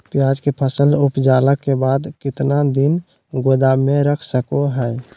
प्याज के फसल उपजला के बाद कितना दिन गोदाम में रख सको हय?